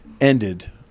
ended